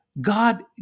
God